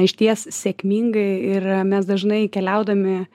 išties sėkmingai ir mes dažnai keliaudami